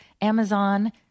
Amazon